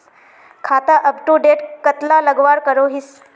खाता अपटूडेट कतला लगवार करोहीस?